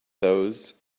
those